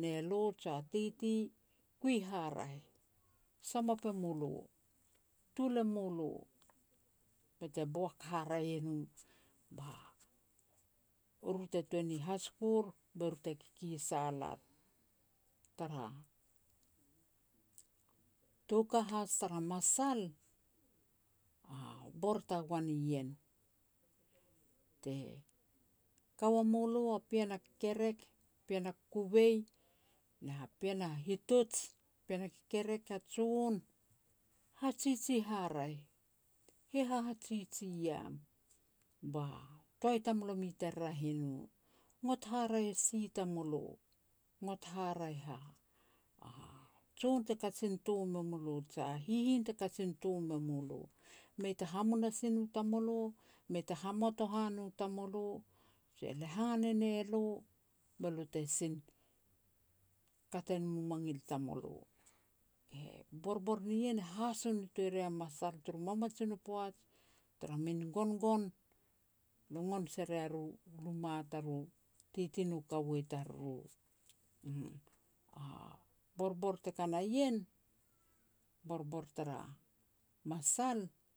ne lo jia titi, kui haraeh. Samop e mulo, tul e mulo, be te boak haraeh e no, ba, eru te tuan hasikur be ru te kikisal ar. Tara tou ka has tara masal bor tagoan ien, te ka ua mulo a pean a kekerek, pean kukuvei, na pean a hitoj, pean a kekerek a jon, hajiji haraeh. Hia hahajiji iam ba toai tamulomi te raeh e no, ngot haraeh e si tamulo, ngot haraeh a-a jon te kajin tom e mulo jia hihin te kajin tom e mulo. Mei ta hamunasin u tamulo, mei ta hamatohan u tamulo, je lehan ne ne lo, be lo te sin kat e nom u mangil tamulo. Borbor nien e haso nitoa ria masal turu mamajin u poaj tara min gongon, logon se rea ru luma taru titi nu kaua i tariru, uum. Borbor teka na ien, borbor tara masal